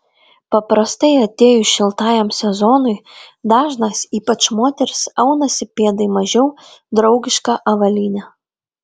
paprastai atėjus šiltajam sezonui dažnas ypač moterys aunasi pėdai mažiau draugišką avalynę